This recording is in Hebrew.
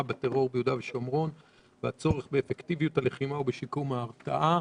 בטרור ביהודה ושומרון והצורך באפקטיביות הלחימה ובשיקום ההרתעה.